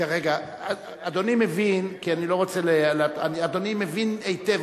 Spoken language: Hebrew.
אדוני מבין היטב,